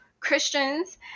Christians